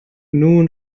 nun